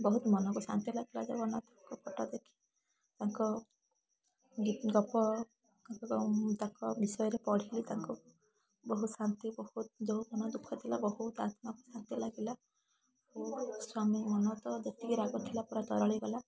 ବହୁତ ମନକୁ ମନକୁ ଶାନ୍ତି ଲାଗିଲା ଜଗନ୍ନାଥଙ୍କ ଫୋଟୋ ଦେଖି ତାଙ୍କ ଗୀତ ଗପ ତାଙ୍କ ବିଷୟରେ ପଢ଼ିଲି ତାଙ୍କ ବହୁତ ଶାନ୍ତି ବହୁତ ଯୋଉ ମନଦୁଖଃ ଥିଲା ବହୁତ ଆତ୍ମା ଶାନ୍ତି ଲାଗିଲା ସ୍ୱାମୀ ମନ ତ ଯେତିକି ରାଗଥିଲା ପୁରା ତରଳିଗଲା